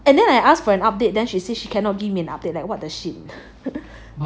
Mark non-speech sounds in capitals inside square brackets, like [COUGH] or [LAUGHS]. and then I asked for an update then she say she cannot give me update like what the shit [LAUGHS]